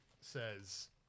says